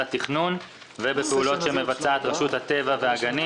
התכנון ובפעולות שמבצעת רשות הטבע והגנים,